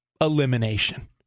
elimination